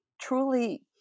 truly